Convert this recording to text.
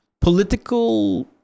political